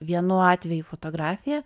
vienu atveju fotografija